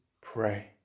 pray